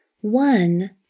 one